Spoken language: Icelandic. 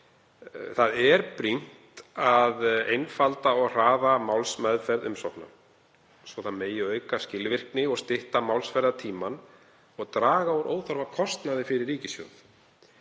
Það er brýnt að einfalda og hraða málsmeðferð umsókna svo það megi auka skilvirkni og stytta málsmeðferðartímann og draga úr óþarfa kostnaði fyrir ríkissjóð.